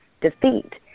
defeat